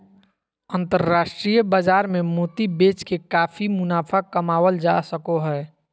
अन्तराष्ट्रिय बाजार मे मोती बेच के काफी मुनाफा कमावल जा सको हय